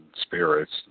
spirits